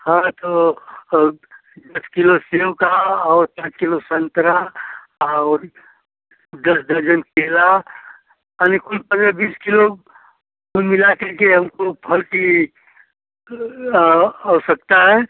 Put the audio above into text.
हाँ तो दस किलो सेब का और पाँच किलो संतरा और दस दर्जन केला यानि कुल पंद्रह बीस किलो कुल मिलाकर के हमको फल की आ आवश्यकता है